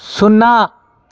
సున్నా